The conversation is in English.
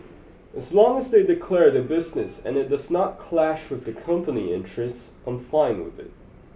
as long as they declare their business and it does not clash with the company interests I'm fine with it